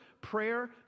prayer